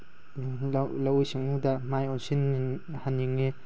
ꯂꯧꯎ ꯁꯤꯡꯎꯗ ꯃꯥꯏ ꯑꯣꯟꯁꯤꯟ ꯍꯟꯅꯤꯡꯉꯤ